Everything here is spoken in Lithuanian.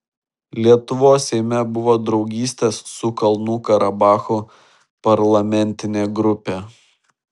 lietuvos seime buvo draugystės su kalnų karabachu parlamentinė grupė